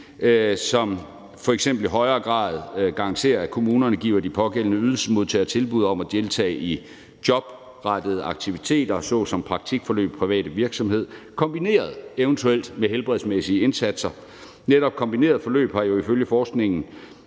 som f.eks. i højere grad garanterer, at kommunerne giver de pågældende ydelsesmodtagere tilbud om at deltage i jobrettede aktiviteter, såsom praktikforløb i private virksomheder, kombineret, eventuelt, med helbredsmæssige indsatser. Netop kombinerede forløb har ifølge forskningen